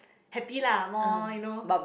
happy lah more you know